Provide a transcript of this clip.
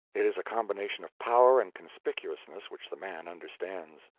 it is a combination of power and conspicuousness which the man understands.